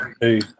Hey